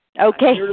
Okay